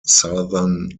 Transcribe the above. southern